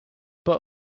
but